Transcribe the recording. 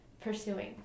pursuing